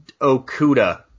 Okuda